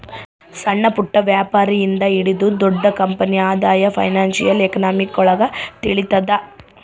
ಸಣ್ಣಪುಟ್ಟ ವ್ಯಾಪಾರಿ ಇಂದ ಹಿಡಿದು ದೊಡ್ಡ ಕಂಪನಿ ಆದಾಯ ಫೈನಾನ್ಶಿಯಲ್ ಎಕನಾಮಿಕ್ರೊಳಗ ತಿಳಿತದ